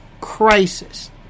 crisis